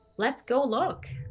let's go look.